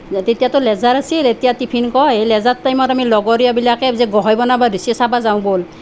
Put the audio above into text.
তেতিয়াতো লেইজাৰ আছিল এতিয়া টিফিন কয় লেইজাৰ টাইমত আমি লগৰীয়াবিলাকে যে গোসাঁই বনাব ধৰিছে চাব যাওঁ ব'ল